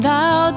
Thou